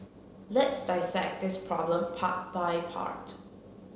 let's dissect this problem part by part